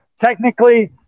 technically